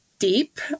deep